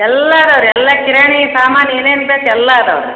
ಎಲ್ಲಾ ಅದಾವೆ ರೀ ಎಲ್ಲ ಕಿರಾಣಿ ಸಾಮಾನು ಏನೇನು ಬೇಕು ಎಲ್ಲ ಅದಾವೆ